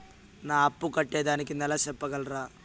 నా అప్పు కట్టేదానికి నెల సెప్పగలరా?